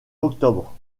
octobre